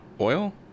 Oil